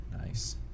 nice